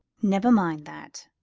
never mind that.